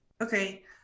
Okay